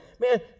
man